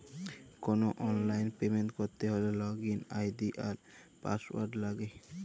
call অললাইল payment ক্যরতে হ্যলে লগইল আই.ডি আর পাসঅয়াড় লাগে